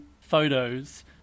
photos